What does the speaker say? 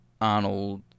Arnold